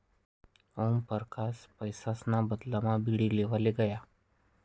ओमपरकास पैसासना बदलामा बीडी लेवाले गया